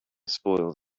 spoiled